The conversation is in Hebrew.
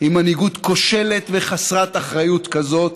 עם מנהיגות כושלת וחסרת אחריות כזאת,